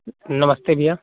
नमस्ते भैया